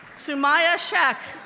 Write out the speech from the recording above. sumaya sheik,